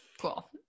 Cool